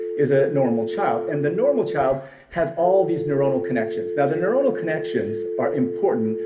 is a normal child, and the normal child has all of these neuronal connections. now, the neuronal connections are important,